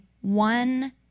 one